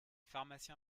pharmacien